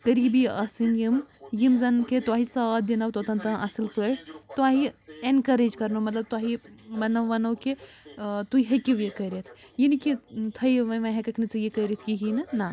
قریٖبی آسٕنۍ یِم یِم زَن نہٕ کہِ تۄہہِ ساتھ دِنو توٚتَن تام اَصٕل پٲٹھۍ تۄہہِ اٮ۪نکریج کَرنو مطلب تۄہہِ وَنو وَنو کہِ تُہۍ ہیٚکِو یہِ کٔرِتھ یہِ نہٕ کہِ تھٲیِو وۄنۍ وۄنۍ ہٮ۪ککھ نہٕ ژٕ یہِ کٔرِتھ کِہیٖنۍ نہٕ نَہ